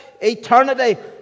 eternity